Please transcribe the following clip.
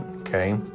Okay